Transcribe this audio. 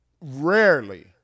rarely